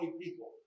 people